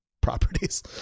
properties